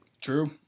True